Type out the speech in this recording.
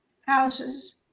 houses